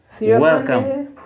welcome